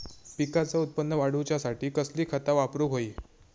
पिकाचा उत्पन वाढवूच्यासाठी कसली खता वापरूक होई?